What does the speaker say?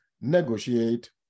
negotiate